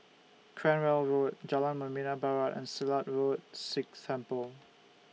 Cranwell Road Jalan Membina Barat and Silat Road Sikh Temple